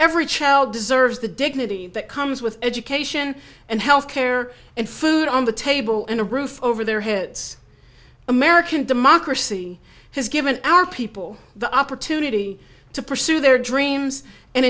every child deserves the dignity that comes with education and health care and food on the table and a roof over their heads american democracy has given our people the opportunity to pursue their dreams and